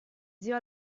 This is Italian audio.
zio